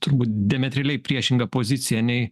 turbūt diametraliai priešingą poziciją nei